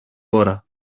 ώρα